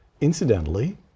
Incidentally